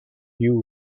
you